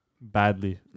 badly